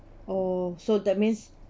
oh so that means